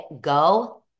go